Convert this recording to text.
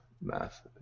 math